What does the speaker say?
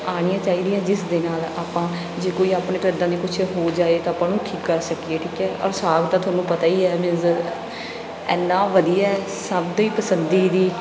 ਆਉਣੀਆ ਚਾਹੀਦੀਆਂ ਜਿਸ ਦੇ ਨਾਲ ਆਪਾਂ ਜੇ ਕੋਈ ਆਪਣੇ ਤੋਂ ਇੱਦਾਂ ਦੀ ਕੁਛ ਹੋ ਜਾਏ ਤਾਂ ਆਪਾਂ ਨੂੰ ਠੀਕ ਕਰ ਸਕੀਏ ਠੀਕ ਹੈ ਔਰ ਸਾਗ ਤਾਂ ਤੁਹਾਨੂੰ ਪਤਾ ਹੀ ਹੈ ਮੀਨਸ ਇੰਨਾ ਵਧੀਆ ਹੈ ਸਭ ਦਾ ਹੀ ਪਸੰਦ ਦੀ